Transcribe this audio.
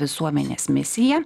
visuomenės misiją